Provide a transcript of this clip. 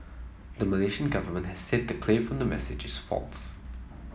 the Malaysian government has said the claim from the messages false